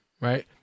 Right